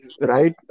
right